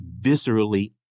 viscerally